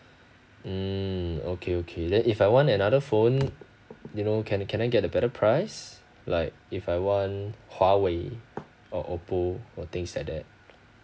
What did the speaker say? mm okay okay then if I want another phone you know can can I get a better price like if I want huawei or oppo or things like that